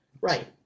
right